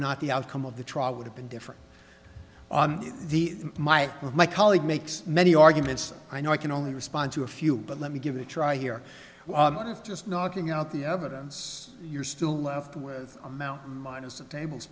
not the outcome of the trial would have been different the my of my colleague makes many arguments i know i can only respond to a few but let me give a try here just knocking out the evidence you're still left with a mountain minus a tables